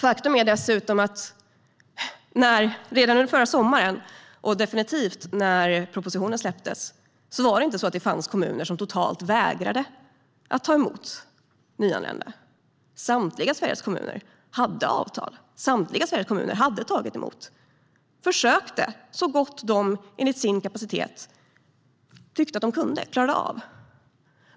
Faktum är dessutom att det redan under förra sommaren - och definitivt när propositionen släpptes - inte fanns några kommuner som totalt vägrade att ta emot nyanlända. Samtliga Sveriges kommuner hade avtal och hade tagit emot. De försökte så gott de enligt sin kapacitet tyckte att de klarade av.